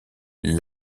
les